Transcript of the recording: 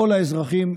כל האזרחים,